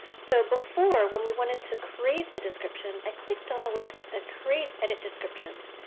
so before when we wanted to create the description, i clicked on the link that said create edit descriptions.